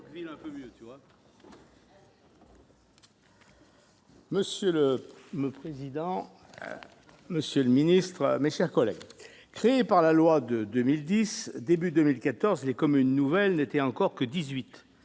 Monsieur le président, monsieur le ministre, mes chers collègues, créées par la loi de 2010, les communes nouvelles n'étaient encore qu'au